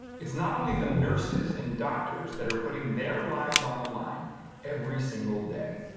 it's not only the nurses and doctors that are putting their lives on the line every single day.